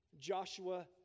Joshua